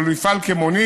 אבל הוא יפעל כמונית